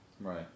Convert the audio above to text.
right